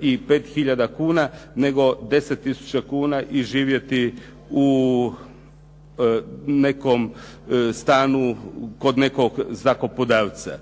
i 5 hiljada kuna nego 10 tisuća kuna i živjeti u nekom stanu kod nekog zakupodavca.